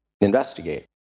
investigate